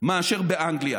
מאשר באנגליה,